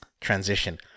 transition